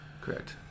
Correct